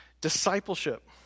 Discipleship